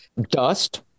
dust